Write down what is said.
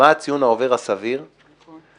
מה הציון העובר הסביר ביחס